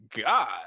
god